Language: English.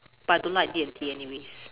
but I don't like D&T anyways